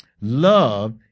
Love